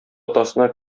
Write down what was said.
атасына